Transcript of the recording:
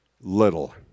little